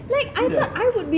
ya